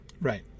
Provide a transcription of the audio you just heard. Right